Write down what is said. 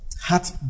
heart